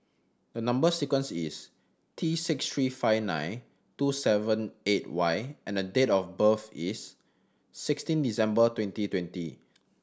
the number sequence is T six three five nine two seven eight Y and date of birth is sixteen December twenty twenty